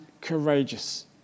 courageous